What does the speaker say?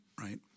right